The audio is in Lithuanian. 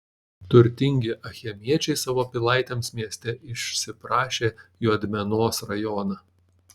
turtingi achemiečiai savo pilaitėms mieste išsiprašė juodmenos rajoną